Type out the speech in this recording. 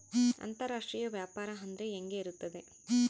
ಅಂತರಾಷ್ಟ್ರೇಯ ವ್ಯಾಪಾರ ಅಂದರೆ ಹೆಂಗೆ ಇರುತ್ತದೆ?